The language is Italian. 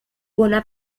buona